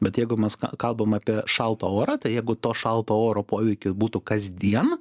bet jeigu mas k kalbame apie šaltą orą tai jeigu to šalto oro poveiki būtų kasdien